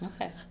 Okay